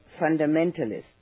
fundamentalists